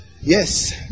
Yes